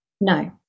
No